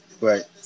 Right